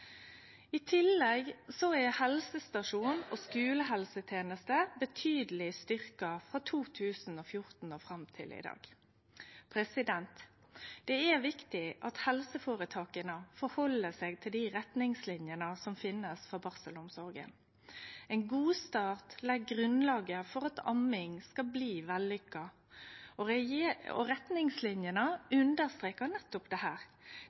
I tillegg er helsestasjons- og skolehelsetenesta betydeleg styrkt frå 2014 og fram til i dag. Det er viktig at helseføretaka held seg til dei retningslinjene som finst for barselomsorga. Ein god start legg grunnlaget for at amming skal bli vellykka, og retningslinjene understrekar nettopp dette. Der blir det